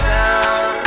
down